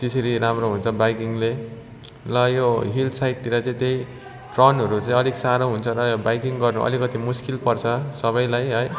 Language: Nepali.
त्यसरी राम्रो हुन्छ बाइकिङले र यो हिल साइडतिर चाहिँ त्यही ट्रनहरू चाहिँ अलिक साह्रो हुन्छ र बाइकिङ गर्नु अलिकति मुश्किल पर्छ सबैलाई है